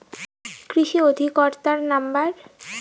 কৃষি অধিকর্তার নাম্বার?